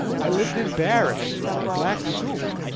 i lived in barracks on black soup.